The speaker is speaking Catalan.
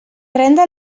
renda